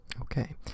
Okay